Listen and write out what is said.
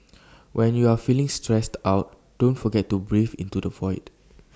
when you are feeling stressed out don't forget to breathe into the void